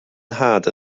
nhad